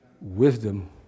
Wisdom